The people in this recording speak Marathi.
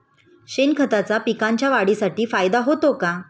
शेणखताचा पिकांच्या वाढीसाठी फायदा होतो का?